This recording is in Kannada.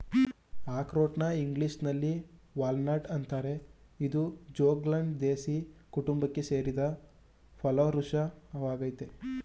ಅಖ್ರೋಟ್ನ ಇಂಗ್ಲೀಷಿನಲ್ಲಿ ವಾಲ್ನಟ್ ಅಂತಾರೆ ಇದು ಜ್ಯೂಗ್ಲಂಡೇಸೀ ಕುಟುಂಬಕ್ಕೆ ಸೇರಿದ ಫಲವೃಕ್ಷ ವಾಗಯ್ತೆ